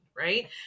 right